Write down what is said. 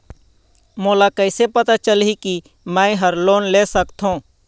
मोला कइसे पता चलही कि मैं ह लोन ले सकथों?